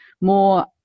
more